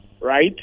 right